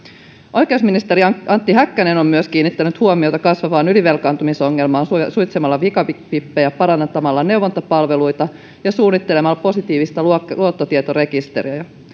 oikeusministeri antti häkkänen on myös kiinnittänyt huomiota kasvavaan ylivelkaantumisongelmaan suitsimalla pikavippejä parantamalla neuvontapalveluita ja suunnittelemalla positiivista luottotietorekisteriä